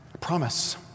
promise